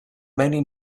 many